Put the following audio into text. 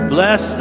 Bless